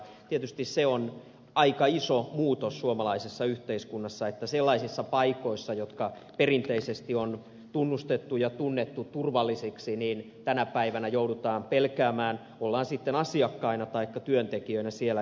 tietysti se on aika iso muutos suomalaisessa yhteiskunnassa että sellaisissa paikoissa jotka perinteisesti on tunnustettu ja tunnettu turvallisiksi tänä päivänä joudutaan pelkäämään ollaan sitten asiakkaina tai työntekijöinä siellä